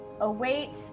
await